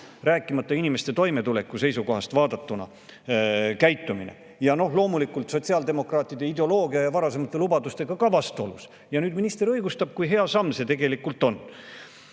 rääkimata inimeste toimetuleku seisukohast vaadatuna, ja loomulikult sotsiaaldemokraatide ideoloogia ja varasemate lubadustega ka vastuolus. Ja nüüd minister õigustab, kui hea samm see tegelikult